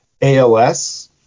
ALS